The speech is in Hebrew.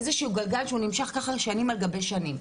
איזה שהוא גלגל שהוא נמשך ככה שנים על גבי שנים,